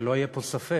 שלא יהיה פה ספק.